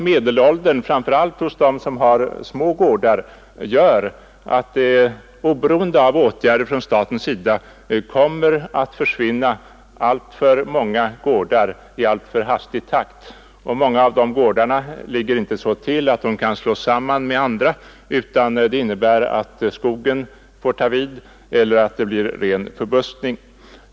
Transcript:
Medelåldern framför allt hos dem som har små gårdar är så hög, att alltför många gårdar kommer att försvinna alltför hastigt oberoende av åtgärder från statens sida. Många av dessa gårdar ligger inte så till att de kan slås samman med andra, utan det innebär att skogen får ta vid eller att det blir ren förbuskning.